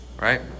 right